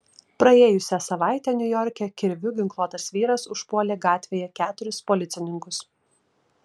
praėjusią savaitę niujorke kirviu ginkluotas vyras užpuolė gatvėje keturis policininkus